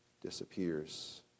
disappears